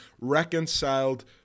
reconciled